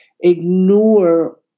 ignore